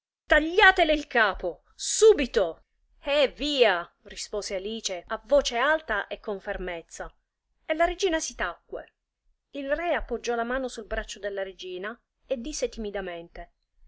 tagliatele il capo subito eh via rispose alice a voce alta e con fermezza e la regina si tacque il re appoggiò la mano sul braccio della regina e disse timidamente